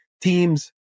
Teams